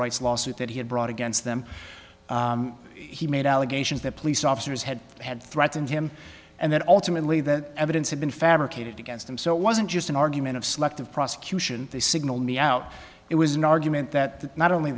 rights lawsuit that he had brought against them he made allegations that police officers had had threatened him and that ultimately the evidence had been fabricated against him so it wasn't just an argument of selective prosecution they signaled me out it was an argument that not only